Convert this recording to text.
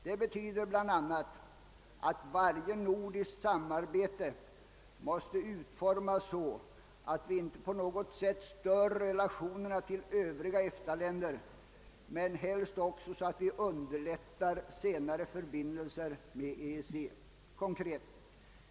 Det betyder bl.a. att varje nordiskt samarbete måste utformas så, att vi inte på något sätt stör relationerna till övriga EFTA-länder men helst också så att vi konkret underlättar närmare förbindelser med EEC.